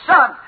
Son